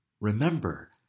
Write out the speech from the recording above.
Remember